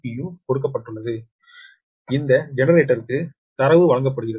𝒖 கொடுக்கப்பட்டுள்ளது இந்த ஜெனரேட்டருக்கு தரவு வழங்கப்படுகிறது